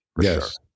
Yes